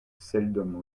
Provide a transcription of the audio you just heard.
seldom